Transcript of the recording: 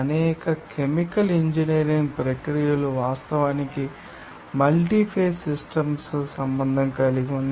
అనేక chemical engineering ప్రక్రియలు వాస్తవానికి మల్టీ ఫేజ్ సిస్టమ్స్ సంబంధం కలిగి ఉన్నాయి